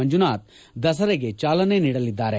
ಮಂಜುನಾಥ್ ದಸರೆಗೆ ಚಾಲನೆ ನೀಡಲಿದ್ದಾರೆ